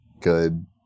good